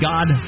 God